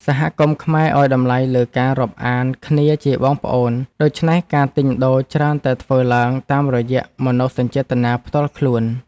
សហគមន៍ខ្មែរឱ្យតម្លៃលើការរាប់អានគ្នាជាបងប្អូន ដូច្នេះការទិញដូរច្រើនតែធ្វើឡើងតាមរយៈមនោសញ្ចេតនាផ្ទាល់ខ្លួន។